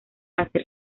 hacer